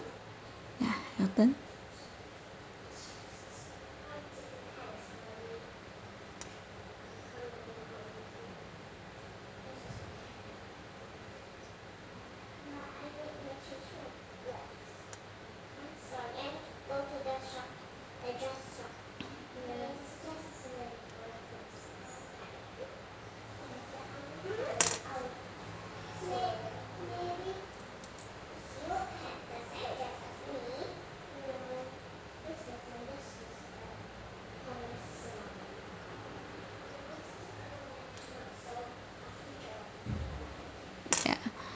ya your turn ya